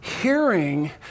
hearing